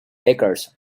beggars